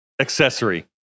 accessory